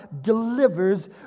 delivers